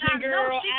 girl